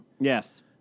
Yes